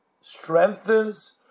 strengthens